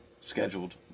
scheduled